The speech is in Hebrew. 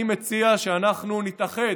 אני מציע שאנחנו נתאחד,